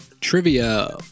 Trivia